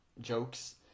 jokes